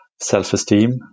self-esteem